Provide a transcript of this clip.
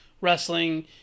Wrestling